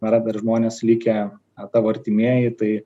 yra dar žmonės likę tavo artimieji tai